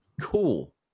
Cool